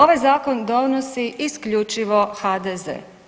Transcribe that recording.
Ovaj zakon donosi isključivo HDZ.